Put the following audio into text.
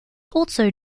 also